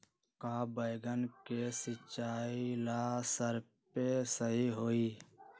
का बैगन के सिचाई ला सप्रे सही होई?